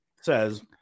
says